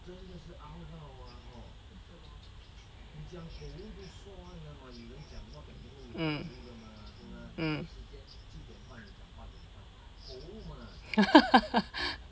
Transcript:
mm mm